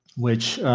which